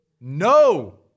No